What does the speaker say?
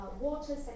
water